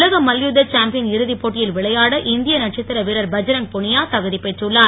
உலக மல்யுத்த சாம்பியன் இறுதி போட்டியில் விளையாட இந்திய நட்சத்திர வீரர் பஜ்ரங் புனியா தகுதி பெற்றுள்ளார்